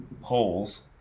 holes